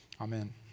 Amen